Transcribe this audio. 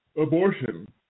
abortion